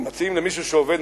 אם מציעים למישהו שעובד,